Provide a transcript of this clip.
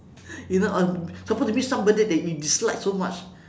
you know on supposed to meet somebody that you dislike so much